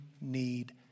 need